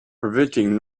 preventing